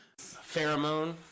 Pheromone